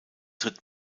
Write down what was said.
tritt